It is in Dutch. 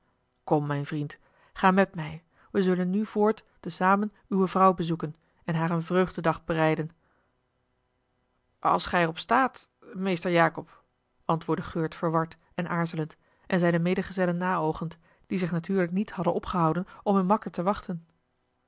kom mijn vriend ga met mij wij zullen nu voort te zamen uwe vrouw bezoeken en haar een vreugdedag bereiden als gij er op staat meester jacob antwoordde e verward en aarzelend en zijn medgezellen naoogend die zich natuurlijk niet hadden opgehouden om hun makker te wachten